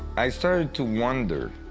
i started to wonder,